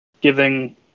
giving